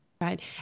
right